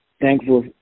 thankful